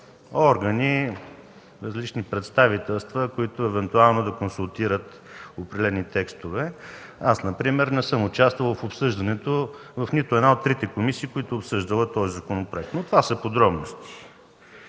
органи, различни представителства, които евентуално да консултират определени текстове. Аз например не съм участвал в обсъждането в нито една от трите комисии, които са обсъждали този законопроект, но това са подробности.